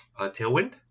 tailwind